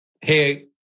hey